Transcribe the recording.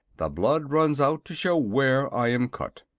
the blood runs out to show where i am cut.